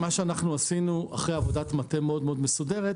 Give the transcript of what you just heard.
מה שאנחנו עשינו אחרי עבודת מטה מאוד מסודרת,